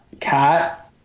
cat